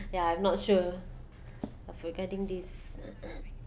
ya I'm not sure uh for getting these